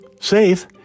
Safe